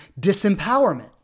disempowerment